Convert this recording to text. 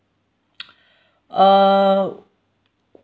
uh